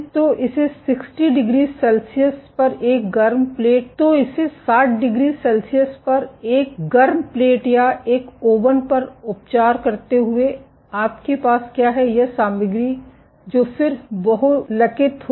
तो इसे 60 degree Celsius पर एक गर्म प्लेट या एक ओवन पर उपचार करते हुए आपके पास क्या है यह सामग्री जो फिर बहुलकित होगी